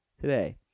today